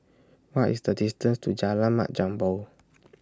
What IS The distance to Jalan Mat Jambol